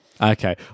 Okay